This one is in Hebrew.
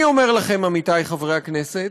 אני אומר לכם, עמיתי חברי הכנסת,